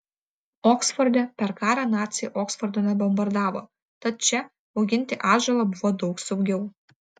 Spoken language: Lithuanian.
oksforde per karą naciai oksfordo nebombardavo tad čia auginti atžalą buvo daug saugiau